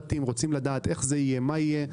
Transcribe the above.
מבקשים פרטים, רוצים לדעת איך זה יהיה ומה יהיה.